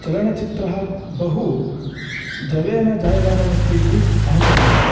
चलनचित्रं बहु जवेन जायमानमस्तीति अहं मन्ये